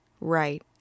Right